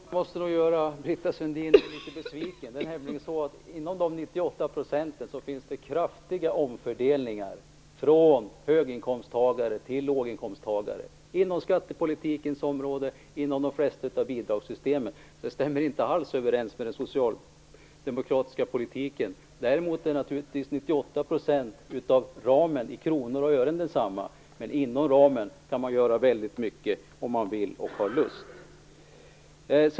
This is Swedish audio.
Fru talman! Jag måste göra Britta Sundin litet besviken. Det är nämligen så att det inom de 98 procenten finns kraftiga omfördelningar från höginkomsttagare till låginkomsttagare, inom skattepolitiken och inom de flesta av bidragssystemen. Det stämmer inte alls överens med den socialdemokratiska politiken. Däremot är naturligtvis 98 % av ramen i kronor och ören densamma. Men inom ramen kan man göra väldigt mycket om man vill och har lust.